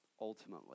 ultimately